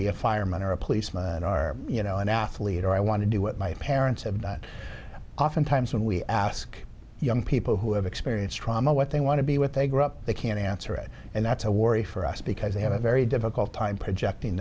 be a fireman or a policeman are you know an athlete or i want to do what my parents have that oftentimes when we ask young people who have experienced trauma what they want to be with they grow up they can answer it and that's a worry for us because they have a very difficult time projecting